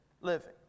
living